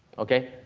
ok.